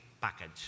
package